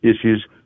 issues